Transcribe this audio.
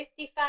55